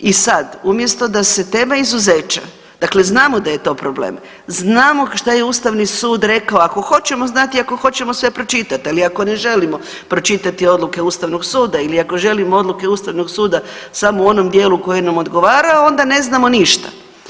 I sad umjesto da se tema izuzeća dakle znamo da je to problem, znamo što je Ustavni sud rekao ako hoćemo znati i ako hoćemo sve pročitati, ali ako ne želimo pročitati odluke Ustavnog suda ili ako želimo odluke Ustavnog suda samo u onom dijelu koji nam odgovara onda ne znamo ništa.